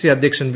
C അദ്ധ്യക്ഷൻ V